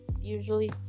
usually